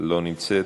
לא נמצאת,